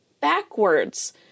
backwards